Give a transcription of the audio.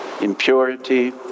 impurity